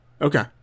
Okay